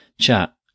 chat